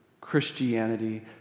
Christianity